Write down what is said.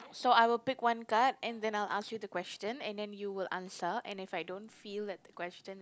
so I will pick one card and then I'll ask you the question and then you will answer and if I don't feel that the question